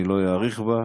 אני לא אאריך בה.